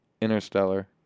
Interstellar